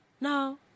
No